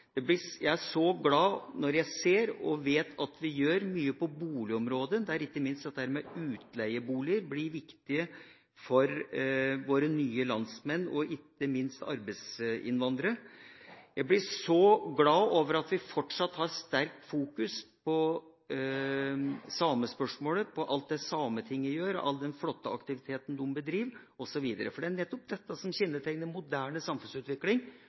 utleieboliger blir viktige for våre nye landsmenn og ikke minst arbeidsinnvandrere. Jeg blir så glad for at vi fortsatt fokuserer sterkt på samespørsmål og alt det Sametinget gjør, all den flotte aktiviteten de har osv. Det er nettopp dette som kjennetegner en moderne samfunnsutvikling.